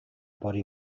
body